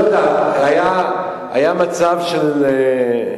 לא יודע, היה מצב של,